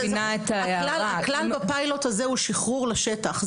אז הכלל בפיילוט הזה הוא שחרור לשטח,